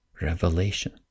revelation